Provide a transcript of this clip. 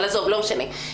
אבל עזוב, לא משנה.